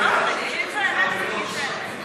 לא, תגיד לי אם זה אמת, תגיד את האמת.